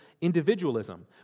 individualism